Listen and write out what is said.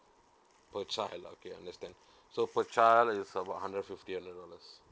per child okay understand so per child is about hundred fifty hundred dollars